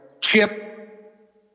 chip